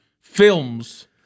films